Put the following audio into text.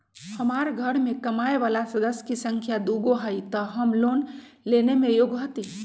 हमार घर मैं कमाए वाला सदस्य की संख्या दुगो हाई त हम लोन लेने में योग्य हती?